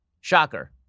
Shocker